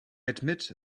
admit